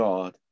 God